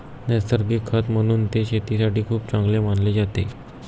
नैसर्गिक खत म्हणून ते शेतीसाठी खूप चांगले मानले जाते